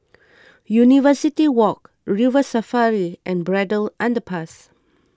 University Walk River Safari and Braddell Underpass